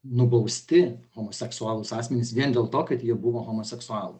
nubausti homoseksualūs asmenys vien dėl to kad jie buvo homoseksualūs